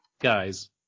guys